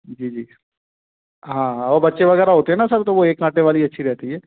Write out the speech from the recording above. जी जी हाँ वह बच्चे वग़ैरह होते हैं ना सर तो वह एक कांटे वाली अच्छी रहती है